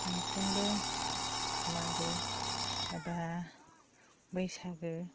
मोनफ्रोमबो मागो एबा बैसागु